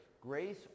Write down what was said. grace